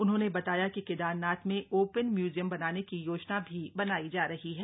उन्होंने बताया कि केदारनाथ में ओपन म्यूजियम बनाने की योजना भी बनाई जा रही है